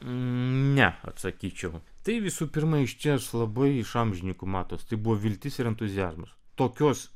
ne atsakyčiau tai visų pirma iš čia labai iš amžininkų matosi tai buvo viltis ir entuziazmas tokios